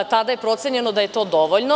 Tada je procenjeno da je to dovoljno.